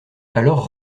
alors